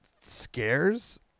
scares